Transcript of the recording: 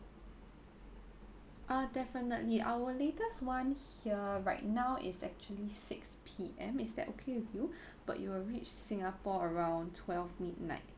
ah definitely our latest one here right now is actually six P_M is that okay with you but you will reach singapore around twelve midnight